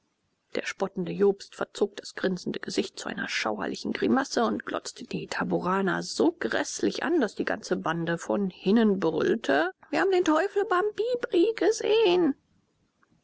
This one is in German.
der spottende jobst verzog das grinsende gesicht zu einer schauerlichen grimasse und glotzte die taboraner so gräßlich an daß die ganze bande von dannen brüllte wir haben den teufel bambibri gesehen